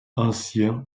ancien